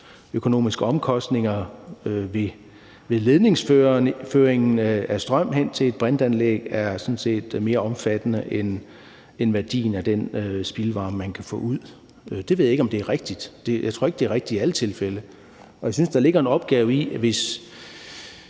samfundsøkonomiske omkostninger ved ledningsføringen af strøm hen til et brintanlæg sådan set er mere omfattende end værdien af den spildvarme, man kan få ud. Jeg ved ikke, om det er rigtigt. Jeg tror ikke, det er rigtigt i alle tilfælde. Og jeg synes, der ligger en opgave i det, hvis